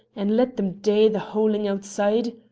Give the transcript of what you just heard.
and let them dae the howlin' outside?